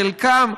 בחלקן,